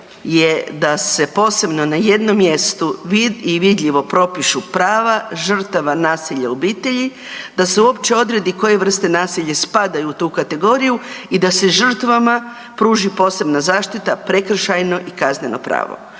je da se posebno na jednom mjestu i vidljivo propišu prava žrtava nasilja u obitelji, da se uopće odredi koje vrste nasilja spadaju u tu kategoriju i da se žrtvama pruži posebna zaštita prekršajno i kazneno pravo.